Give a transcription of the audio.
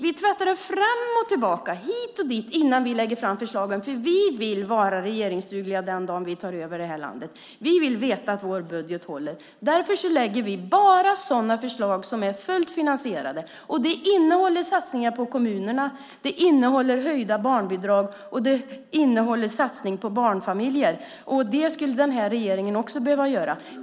Vi tvättar den fram och tillbaka, hit och dit, innan vi lägger fram förslagen, för vi vill vara regeringsdugliga den dagen då vi tar över det här landet. Vi vill veta att vår budget håller. Därför lägger vi bara fram sådana förslag som är fullt finansierade, och de innehåller satsningar på kommunerna, de innehåller höjda barnbidrag och de innehåller satsning på barnfamiljer. Så skulle den här regeringen också behöva göra.